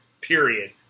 Period